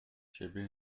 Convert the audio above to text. ciebie